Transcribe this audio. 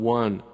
one